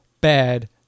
bad